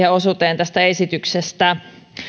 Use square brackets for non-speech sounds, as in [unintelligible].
[unintelligible] ja siihen osuuteen tästä esityksestä